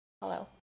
Hello